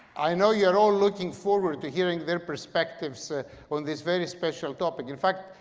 i know you're all looking forward to hearing their perspectives on this very special topic. in fact,